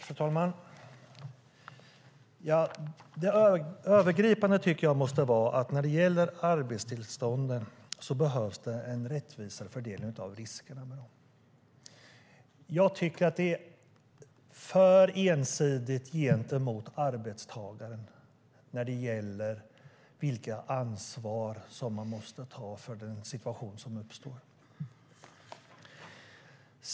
Fru talman! Det övergripande måste vara att det när det gäller arbetstillstånden behövs en rättvisare fördelning av riskerna. Jag tycker att det är för ensidigt gentemot arbetstagaren då det gäller vilket ansvar man måste ta för den situation som uppstår.